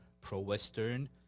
pro-Western